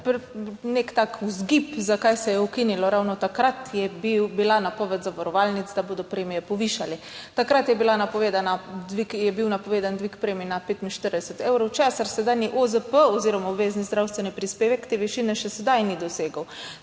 Nek tak vzgib, zakaj se je ukinilo ravno takrat, je bila napoved zavarovalnic, da bodo premije povišali. Takrat je bil napovedan dvig premij na 45 evrov, sedanji OZP oziroma obvezni zdravstveni prispevek te višine še sedaj ni dosegel.